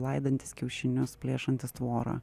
laidantis kiaušinius plėšantis tvorą